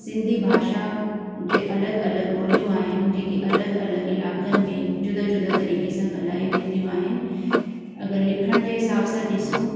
सिंधी भाषा जे अलॻि अलॻि ॿोलियूं आहिनि जेकी अलग अलग इलाइकनि में जुदा जुदा तरीक़े सां ॻाल्हाए वेंदियूं आहिनि अगरि लिखण जे हिसाब सां ॾिसूं